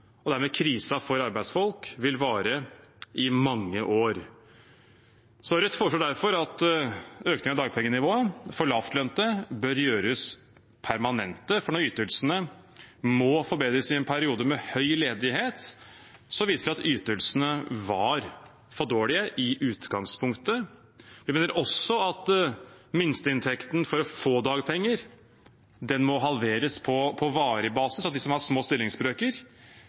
og dermed krisen for arbeidsfolk – vil vare i mange år. Rødt foreslår derfor at økningen i dagpengenivået for lavtlønte bør gjøres permanent, for når ytelsene må forbedres i en periode med høy ledighet, viser det at ytelsene var for dårlige i utgangspunktet. Vi mener også at minsteinntekten for å få dagpenger må halveres på varig basis, og at de som har små stillingsbrøker,